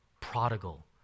prodigal